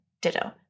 Ditto